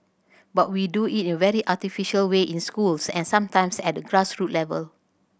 but we do it in a very artificial way in schools and sometimes at the grass roots level